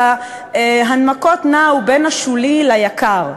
שההנמקות נעו בין ה"שולי" ל"יקר",